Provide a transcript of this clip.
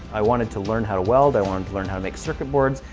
i wanted to learn how to weld, i wanted to learn how to make circuit boards,